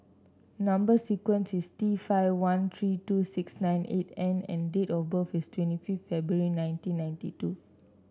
number sequence is T five one three two six nine eight N and date of birth is twenty five February nineteen ninety two